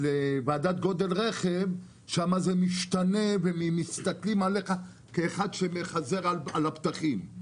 לוועדת גודל רכב זה משתנה ומסתכלים עליך כעל מי שמחזר על הפתחים.